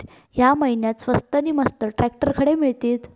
या महिन्याक स्वस्त नी मस्त ट्रॅक्टर खडे मिळतीत?